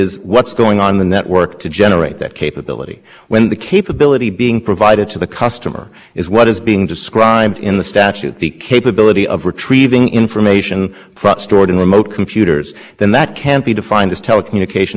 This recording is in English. described in the statute the capability of retrieving information from stored in remote computers then that can't be defined as telecommunications management the reason there is a telecommunications management exception there is that with normal telecommunications pure